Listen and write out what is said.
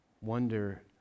wonder